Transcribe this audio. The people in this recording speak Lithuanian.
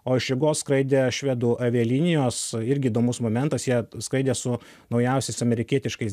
o iš rygos skraidė švedų avialinijos irgi įdomus momentas jie skraidė su naujausiais amerikietiškais